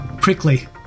Prickly